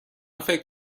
فکر